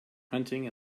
hunting